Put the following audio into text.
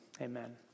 Amen